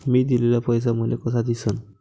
मी दिलेला पैसा मले कसा दिसन?